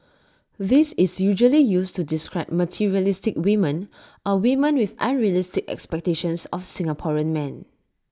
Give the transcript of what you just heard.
this is usually used to describe materialistic women or women with unrealistic expectations of Singaporean men